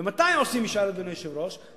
ומתי עושים משאל, אדוני היושב-ראש?